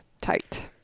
tight